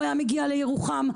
הוא היה מגיע לירוחם,